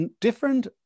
different